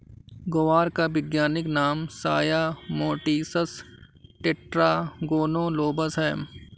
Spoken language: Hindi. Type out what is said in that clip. ग्वार का वैज्ञानिक नाम साया मोटिसस टेट्रागोनोलोबस है